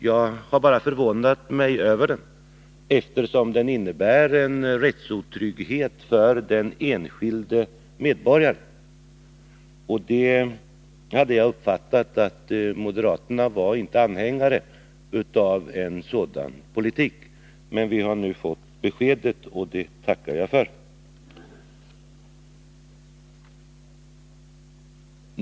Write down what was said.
Jag har bara förvånat mig över den, eftersom den innebär en rättsotrygghet för den enskilde medborgaren. Enligt min uppfattning har moderaterna inte varit anhängare av en sådan politik. Men vi har nu fått besked, och det tackar jag för.